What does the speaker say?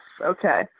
Okay